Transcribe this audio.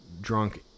drunk